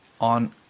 on